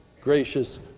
gracious